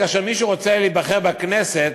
כאשר מישהו רוצה להיבחר לכנסת,